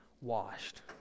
washed